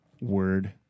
word